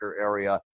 area